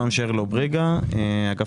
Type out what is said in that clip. טופל עד עכשיו?